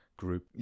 group